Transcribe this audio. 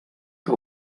que